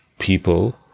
people